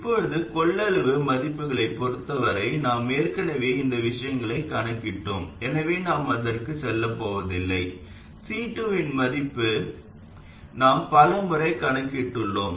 இப்போது கொள்ளளவு மதிப்புகளைப் பொருத்தவரை நாம் ஏற்கனவே இந்த விஷயங்களைக் கணக்கிட்டோம் எனவே நாம் அதற்கு செல்லப் போவதில்லை C2 இன் மதிப்பை நாம் பல முறை கணக்கிட்டுள்ளோம்